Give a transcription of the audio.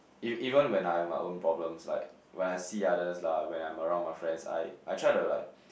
ev~ even when I have my own problems like when I see others lah when I'm around my friends I I try to like